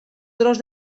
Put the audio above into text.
tros